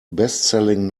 bestselling